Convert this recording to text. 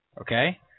okay